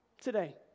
today